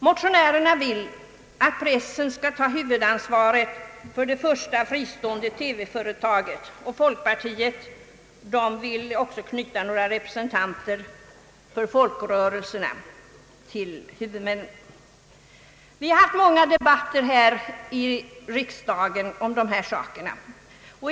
Motionärerna vill att pressen skall få huvudansvaret för det första fristående TV-företaget, och folkpartiet vill också knyta några representanter för folkrörelserna till huvudmännen. Vi har fört många debatter här i riksdagen om dessa saker.